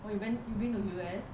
oh you meant you been to U_S